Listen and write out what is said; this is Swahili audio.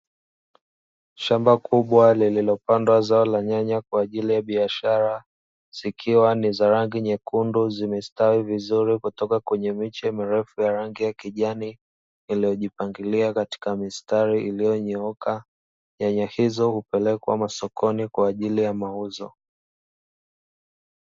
Shamba kubwa lililopandwa zao la nyanya kwa ajili ya biashara, zikiwa ni za rangi nyekundu, zimestawi vizuri kutoka kwenye miche mirefu ya rangi ya kijani iliyojipangilia katika mistari iliyonyooka, nyanya hizo hupelekwa masokoni kwa ajili ya mauzo.